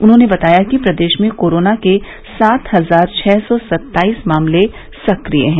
उन्होंने बताया कि प्रदेश में कोरोना के सात हजार छ सौ सत्ताईस मामले सक्रिय हैं